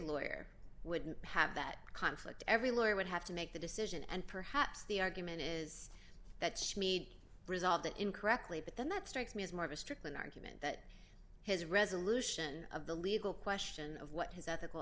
lawyer wouldn't have that conflict every lawyer would have to make the decision and perhaps the argument is that she needs resolve that incorrectly but then that strikes me as more of a strickland argument that his resolution of the legal question of what his ethical